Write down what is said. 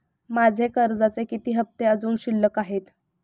माझे कर्जाचे किती हफ्ते अजुन शिल्लक आहेत?